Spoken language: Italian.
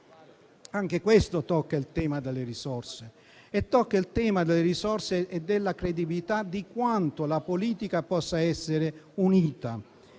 anche questo tocca il tema delle risorse; tocca il tema delle risorse e della credibilità di quanto la politica possa essere unita.